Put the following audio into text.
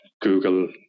Google